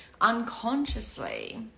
unconsciously